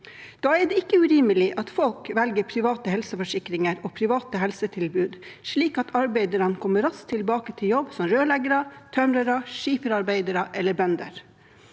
Da er det ikke urimelig at folk velger private helseforsikringer og private helsetilbud, slik at arbeiderne kommer raskt tilbake til jobb, som rørleggere, tømrere, skiferarbeidere eller bønder.